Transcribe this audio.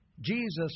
Jesus